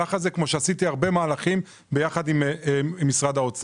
המהלך הזה כמו שעשיתי הרבה מהלכים ביחד עם משרד האוצר.